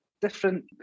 different